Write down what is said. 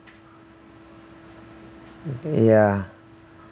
ya